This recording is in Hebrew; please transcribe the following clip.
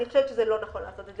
אני חושבת שלא נכון לעשות את זה.